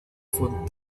von